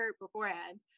beforehand